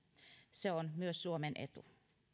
se on myös suomen etu